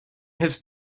his